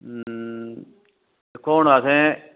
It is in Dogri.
दिक्खो हून असें